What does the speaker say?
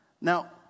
Now